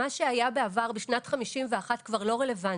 מה שהיה בעבר, בשנת 51', כבר לא רלוונטי.